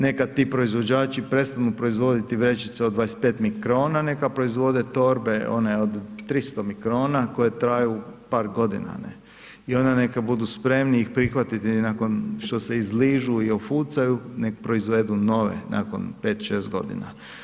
Nekad ti proizvođači prestanu proizvoditi vrećice od 25 mikrona, nekad proizvode torbe one od 300 mikrona koje traju par godina, ne, i onda neka budu spremni ih prihvatiti nakon što se izližu i ofucaju, nek proizvedu nove nakon 5, 6 godina.